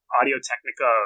Audio-Technica